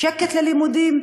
שקט ללימודים,